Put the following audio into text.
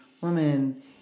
woman